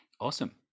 Awesome